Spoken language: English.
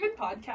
podcast